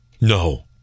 No